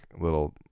little